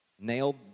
nailed